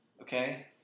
Okay